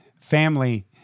family